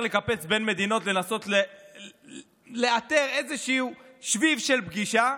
לקפץ בין מדינות ולנסות לאתר איזשהו שביב של פגישה,